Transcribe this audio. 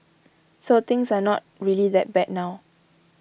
so things are not really that bad now